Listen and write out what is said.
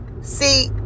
See